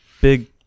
Big